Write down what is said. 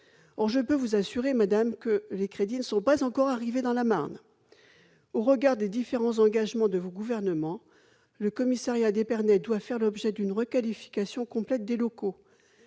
la secrétaire d'État, que les crédits ne sont pas encore arrivés dans la Marne ! Au regard des différents engagements de vos gouvernements, le commissariat d'Épernay doit faire l'objet d'une requalification complète des locaux.